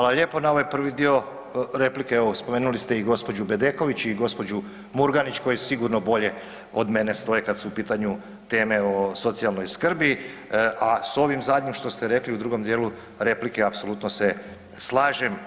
Hvala lijepo, na ovaj prvi dio replike evo spomenuli ste i gospođu Bedeković i gospođu Murganić koje sigurno bolje od mene stoje kad su u pitanju teme o socijalnoj skrbi, a s ovim zadnjim što ste rekli u drugom dijelu replike, apsolutno se slažem.